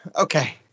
Okay